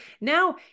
Now